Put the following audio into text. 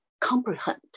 comprehend